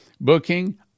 Booking